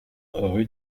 rue